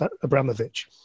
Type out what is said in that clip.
Abramovich